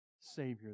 Savior